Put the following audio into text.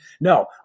no